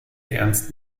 ernst